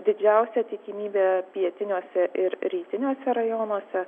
didžiausia tikimybė pietiniuose ir rytiniuose rajonuose